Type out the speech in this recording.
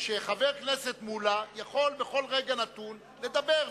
שחבר הכנסת מולה יכול בכל רגע נתון לדבר.